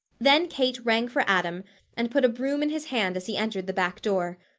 then kate rang for adam and put a broom in his hand as he entered the back door.